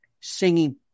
singing